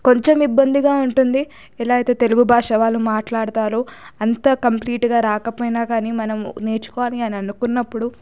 కొంచెం ఇబ్బందిగా ఉంటుంది ఎలా అయితే తెలుగు భాష వాళ్ళు మాట్లాడతారు అంతా కంప్లీట్గా రాకపోయినా కానీ మనం నేర్చుకోవాలి అని అనుకున్నప్పుడు